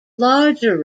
larger